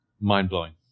Mind-blowing